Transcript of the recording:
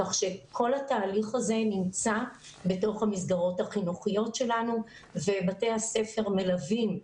כך שכל התהליך הזה נמצא בתוך המסגרות החינוכיות שלנו ובתי הספר מלווים,